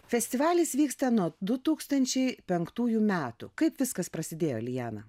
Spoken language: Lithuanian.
festivalis vyksta nuo du tūkstančiai penktųjų metų kaip viskas prasidėjo lijana